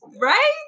Right